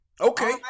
Okay